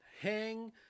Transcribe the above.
Hang